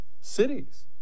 cities